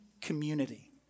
community